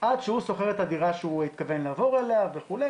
עד שהוא שוכר את הדירה שהוא התכוון לעבור אליה וכו'.